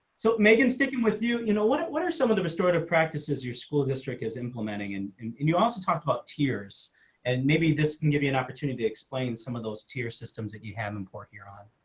so, megan sticking with you. you know what, what are some of the restorative practices, your school district is implementing and and and you also talked about tears and maybe this can give you an opportunity to explain some of those tier systems that you have important here on